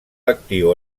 actiu